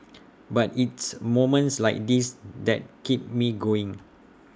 but it's moments like this that keep me going